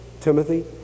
Timothy